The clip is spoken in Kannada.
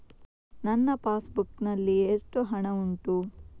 ನನ್ನ ಪಾಸ್ ಬುಕ್ ನಲ್ಲಿ ಎಷ್ಟು ಹಣ ಉಂಟು?